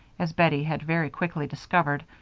as bettie had very quickly discovered,